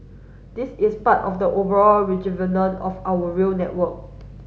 this is part of the overall rejuvenate of our rail network